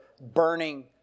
burning